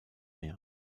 mehr